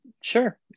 Sure